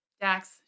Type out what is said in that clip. Dax